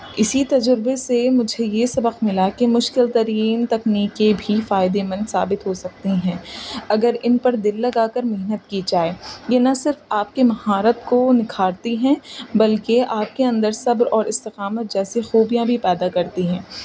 اسی تجربے سے مجھے یہ سبق ملا کہ مشکل ترین تکنیکیں بھی فائدےمند ثابت ہو سکتی ہیں اگر ان پر دل لگا کر محنت کی جائے یہ نہ صرف آپ کے مہارت کو نکھارتی ہیں بلکہ آپ کے اندر صبر اور استقامت جیسی خوبیاں بھی پیدا کرتی ہیں